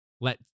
let